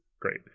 great